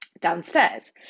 downstairs